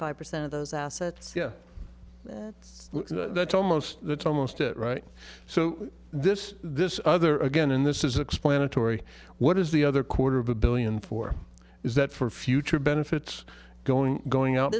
five percent of those assets yeah that's almost that's almost it right so this this other again in this is explanatory what is the other quarter of a billion four is that for future benefits going going out